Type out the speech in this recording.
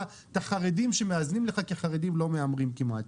את החרדים שמאזנים לך כי חרדים כמעט לא מהמרים.